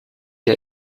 der